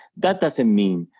that doesn't mean,